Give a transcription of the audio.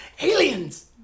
Aliens